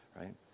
right